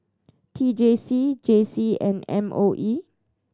T J C J C and M O E